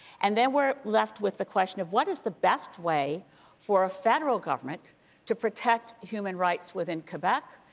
and then we're left with the question of what is the best way for a federal government to protect human rights within quebec.